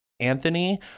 anthony